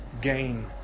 gain